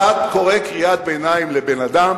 אתה קורא קריאת ביניים לבן-אדם